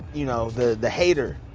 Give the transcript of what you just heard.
you know, the hater,